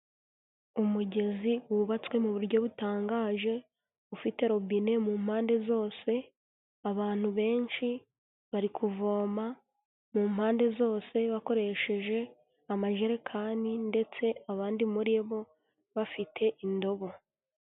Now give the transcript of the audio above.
Umugezi wubatswe mu buryo butangaje ufite robine mu mpande zose abantu benshi bari kuvoma mu mpande zose bakoresheje amajerekani ndetse abandi muri bo bafite indobo.